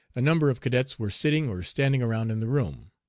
a number of cadets were sitting or standing around in the room.